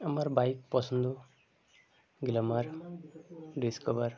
আমার বাইক পছন্দ Glamour Discover